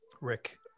Rick